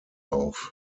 auf